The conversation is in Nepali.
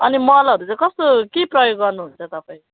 अनि मलहरू चाहिँ कस्तो के प्रयोग गर्नुहुन्छ तपाईँ